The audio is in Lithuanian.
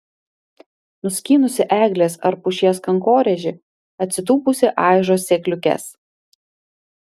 nuskynusi eglės ar pušies kankorėžį atsitūpusi aižo sėkliukes